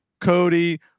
Cody